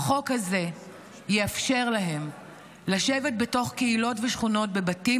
החוק הזה יאפשר להם לשבת בתוך קהילות ושכונות בבתים